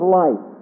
life